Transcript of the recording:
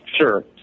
Sure